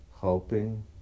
helping